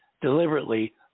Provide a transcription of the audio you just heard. deliberately